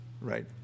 right